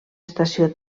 estació